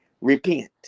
Repent